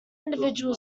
individual